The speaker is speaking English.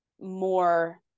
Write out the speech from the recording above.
more